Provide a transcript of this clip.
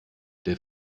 der